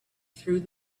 through